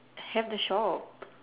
have the shop